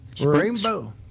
Rainbow